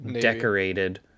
decorated